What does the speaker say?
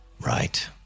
Right